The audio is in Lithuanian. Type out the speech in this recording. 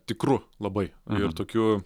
tikru labai ir tokiu